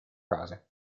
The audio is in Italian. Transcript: case